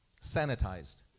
sanitized